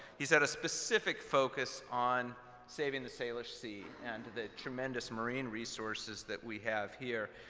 he's had a specific focus on saving the salish sea and the tremendous marine resources that we have here,